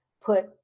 put